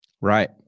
right